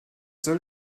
soll